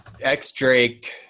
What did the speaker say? X-Drake